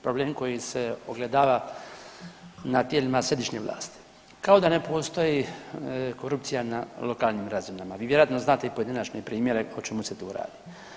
Problem koji se ogledava na tijelima središnje vlasti, kao da ne postoji korupcija na lokalnim razinama, vi vjerojatno znate i pojedinačne primjere o čemu se tu radi.